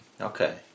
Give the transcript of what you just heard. Okay